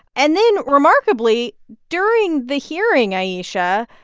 and then remarkably, during the hearing, ayesha,